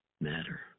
matter